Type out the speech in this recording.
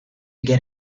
get